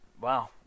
wow